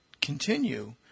continue